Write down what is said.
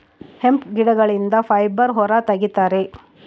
hemp ಗಿಡಗಳಿಂದ fibre ಹೊರ ತಗಿತರೆ